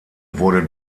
wurde